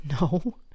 No